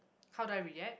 how do I react